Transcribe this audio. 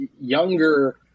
younger